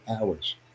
hours